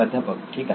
प्राध्यापक ठीक आहे